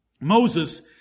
Moses